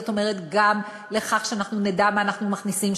זאת אומרת גם לכך שאנחנו נדע מה אנחנו מכניסים,